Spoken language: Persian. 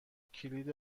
کلید